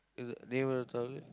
is it name of the